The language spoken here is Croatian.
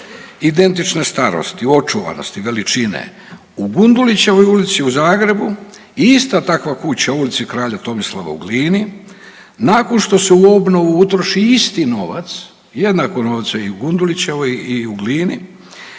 identične starosti, očuvanosti, veličine u Gundulićevoj ulici u Zagrebu i ista takva kuća u Ulici kraja Tomislava u Glini nakon što se u obnovu utroši isti novac, jednako novce i u Gundulićevoj i u Glini,